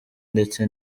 ndetse